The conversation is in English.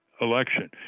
election